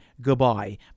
goodbye